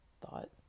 thought